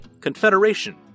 confederation